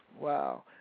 Wow